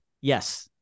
Yes